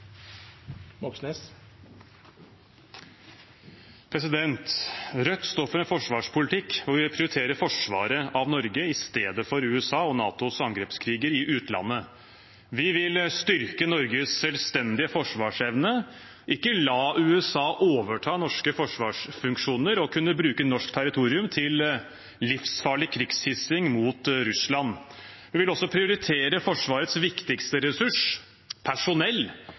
Rødt står for en forsvarspolitikk hvor vi vil prioritere forsvaret av Norge istedenfor USA og NATOs angrepskriger i utlandet. Vi vil styrke Norges selvstendige forsvarsevne, ikke la USA overta norske forsvarsfunksjoner og kunne bruke norsk territorium til livsfarlig krigshissing mot Russland. Vi vil også prioritere Forsvarets viktigste ressurs, personell,